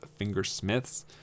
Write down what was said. Fingersmiths